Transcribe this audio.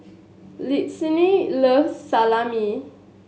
Lindsey loves Salami